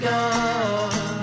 God